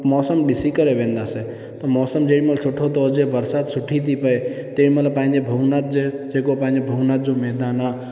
मौसम ॾिसी करे वेंदासीं त मौसम जेॾीमहिल सुठो थो हुजे बरसाति सुठी थी पए तेॾीमहिल पंहिंजे भूवनाथ जे जेको पंहिंजो भूवनाथ जो मैदान आहे